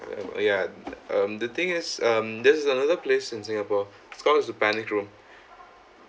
ya um the thing is um there is another place in singapore it's called the panic room